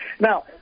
Now